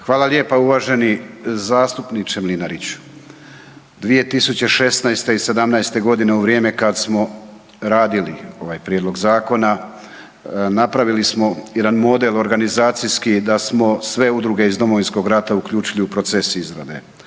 Hvala lijepa, uvaženi zastupniče Mlinariću. 2016. i 2017. g. u vrijeme kad smo radili ovaj prijedlog zakona, napravili smo jedan model organizacijski i da smo sve udruge iz Domovinskog rata uključili u proces izrade.